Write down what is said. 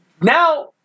now